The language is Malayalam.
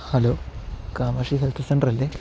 ഹലോ കമാഷി ഹെൽത്ത് സെൻ്ററല്ലേ